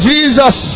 Jesus